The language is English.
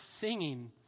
singing